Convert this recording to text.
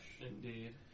Indeed